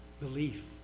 belief